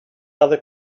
other